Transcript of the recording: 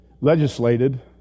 legislated